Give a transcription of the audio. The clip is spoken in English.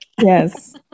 Yes